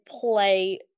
play